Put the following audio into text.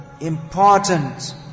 important